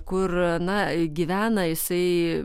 kur na gyvena jisai